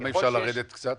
למה אי-אפשר לרדת קצת?